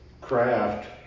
craft